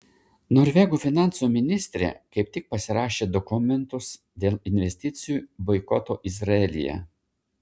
norvegų finansų ministrė kaip tik pasirašė dokumentus dėl investicijų boikoto izraelyje